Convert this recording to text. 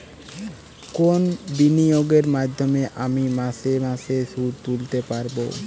কোন বিনিয়োগের মাধ্যমে আমি মাসে মাসে সুদ তুলতে পারবো?